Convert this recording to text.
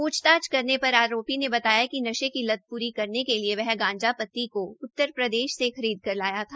प्छताछ करने पर आरोपी ने बताया की नशे की लत पूरी करने के लिए वह गांजा पत्ती को उत्तर प्रदेश से खरीदकर लाया था